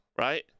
right